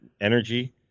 energy